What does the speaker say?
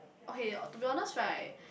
okay to be honest right